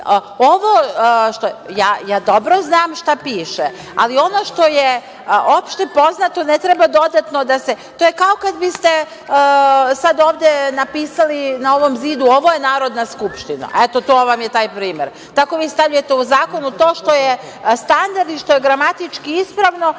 Dobro znam šta piše, ali ono što je opšte poznato ne treba dodatno da se… To je kao kada biste sada ovde napisali na ovom zidu – ovo je Narodna skupština. To vam je taj primer. Tako vi stavljate u zakon to što je standard i što je gramatički ispravo.